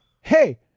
hey